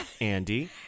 Andy